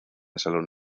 salón